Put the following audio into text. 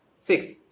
Six